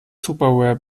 tupperware